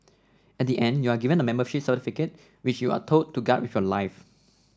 at the end you are given a membership certificate which you are told to guard with your life